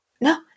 No